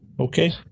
Okay